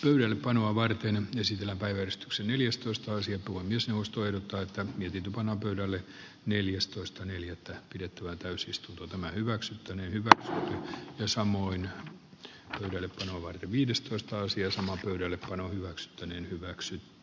ylipainoa varten ei sisällä päivystyksen neljästoista sija voi myös jaosto ehdottaa että liki tuplanopeudelle neljästoista neljättä pidettävä täysistunnot emme hyväksy nykyä jo samoin he ovat viidestoista sija sama uudelle hannu mustonen hyväksyi